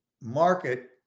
market